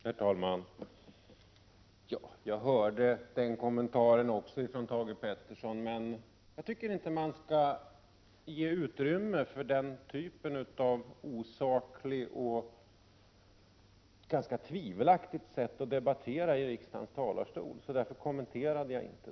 Herr talman! Ja, jag hörde det uttalandet från Thage G Peterson, men jag tycker inte att man skall ge utrymme för det osakliga och ganska tvivelaktiga sättet att debattera i riksdagens talarstol, och därför kommenterade jag det inte.